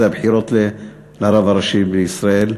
הבחירות לרב הראשי בישראל,